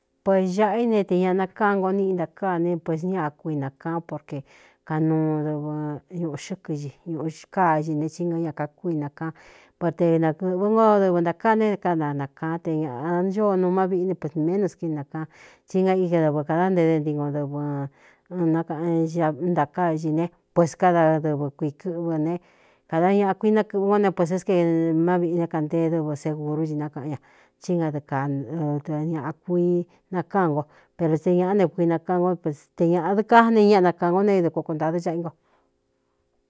Po ñaꞌa í ne te ña nakáan nko níꞌi ntakáa ne pues ñaꞌa kui nakaán porke kanuu dɨvɨ ñūꞌxɨ́kɨ ñꞌukañi ne sí nga ña kakúi nakaan porte nakɨ̄ꞌvɨ nko dɨvɨ ntākáa ne káda nakaan te ñāꞌa nchoo nuumá viꞌí ne pménu skíi nakaan tí nga í kɨ dɨvɨ kādá nte dɨ nti ko dɨvɨ nakaꞌan ña ntakáñi ne pues káda dɨvɨ kui kɨꞌvɨ ne kāda ñaꞌa kuinákɨ̄ꞌvɨ no ne puēs é kamá viꞌiné kāꞌntee dɨvɨ segūrú ci nákaꞌan ña tí nadɨ adɨ ñaꞌa kuí nakáan ngo pero te ñāꞌa ne kuinakaan nte ñāꞌa dɨ kán ne ñáꞌa nakaan nkó ne ídɨ ko kontado chaꞌ í ngo.